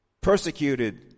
persecuted